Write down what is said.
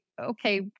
okay